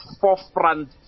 forefront